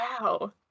Wow